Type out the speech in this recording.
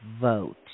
vote